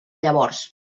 llavors